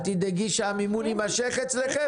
את תדאגי שהמימון יימשך אצלכם?